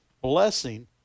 blessing